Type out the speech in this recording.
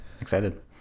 Excited